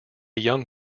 young